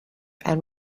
and